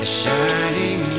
shining